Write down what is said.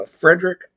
Frederick